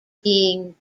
being